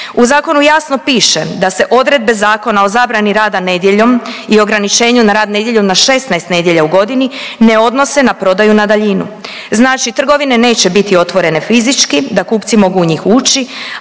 u zakonu jasno piše da se odredbe Zakona o zabrani rada nedjeljom i ograničenju na rad nedjeljom na 16 nedjelja u godini ne odnose na prodaju na daljinu. Znači trgovine neće biti otvorene fizički da kupci mogu u njih ući,